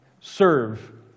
serve